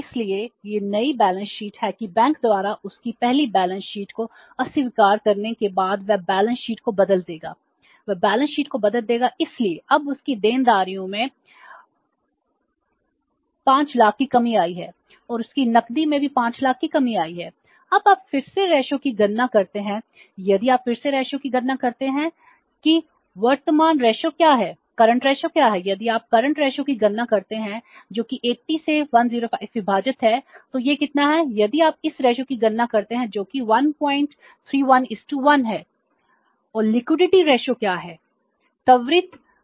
इसलिए यह नई बैलेंस शीट की गणना करते हैं जो कि 131 1 है